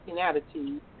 attitude